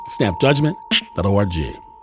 snapjudgment.org